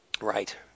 right